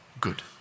Good